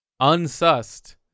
unsussed